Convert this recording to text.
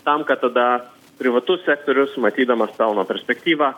tam kad tada privatus sektorius matydamas pelno perspektyvą